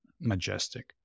Majestic